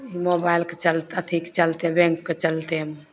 मोबाइलके चलते अथीके चलते बैँकके चलते